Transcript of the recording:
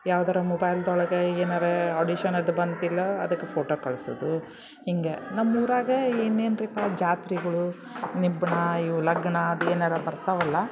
ಯಾವ್ದಾದ್ರೂ ಮೊಬೈಲ್ದೊಳಗೆ ಏನಾರೂ ಆಡಿಷನ್ ಅದು ಬಂತಿಲ್ಲ ಅದಕ್ಕೆ ಫೋಟೊ ಕಳಿಸೋದು ಹೀಗೆ ನಮ್ಮ ಊರಾಗೆ ಇನ್ನೇನುರಿಪ್ಪ ಜಾತ್ರಿಗಳು ನಿಬ್ಣ ಇವು ಲಗ್ನ ಅದು ಏನಾರೂ ಬರ್ತವಲ್ಲ